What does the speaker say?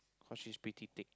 cause she's pretty thick